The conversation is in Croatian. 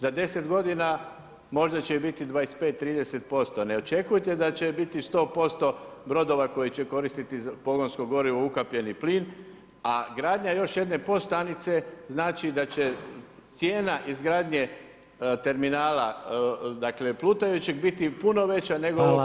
Za 10 godina možda će ih biti 25, 30%, ne očekujte da će biti 100% brodova koji će koristiti pogonsko gorivo ukapljeni plin, a gradnja još jedne podstanice znači da će cijena izgradnje terminala dakle plutajućeg biti puno veća nego okopljenog.